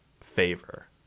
favor